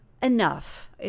enough